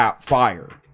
fire